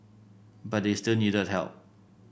but they still needed help